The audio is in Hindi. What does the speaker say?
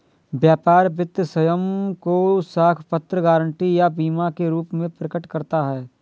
व्यापार वित्त स्वयं को साख पत्र, गारंटी या बीमा के रूप में प्रकट करता है